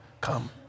come